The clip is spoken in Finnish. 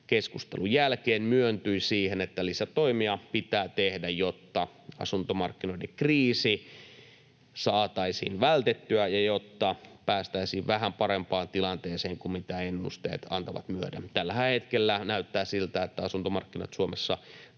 keskustelun jälkeen myöntyi siihen, että lisätoimia pitää tehdä, jotta asuntomarkkinoiden kriisi saataisiin vältettyä ja jotta päästäisiin vähän parempaan tilanteeseen kuin mitä ennusteet antavat myöden. Tällä hetkellähän näyttää siltä, että asuntomarkkinat Suomessa